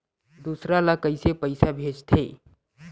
दूसरा ला कइसे पईसा भेजथे?